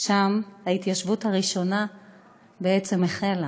שם ההתיישבות הראשונה בעצם החלה.